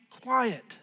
quiet